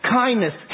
kindness